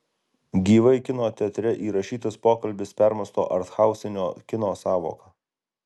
gyvai kino teatre įrašytas pokalbis permąsto arthausinio kino sąvoką